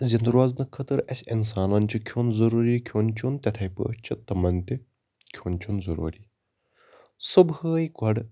زِندٕ روزنہٕ خاطٕر اسہِ اِنسانَن چھُ کھیوٚن ضروٗری کھیوٚن چیوٚن تِتھے پٲٹھۍ چھُ تِمن تہِ کھیوٚن چیوٚن ضروٗری صُبحٲے گۄڈٕ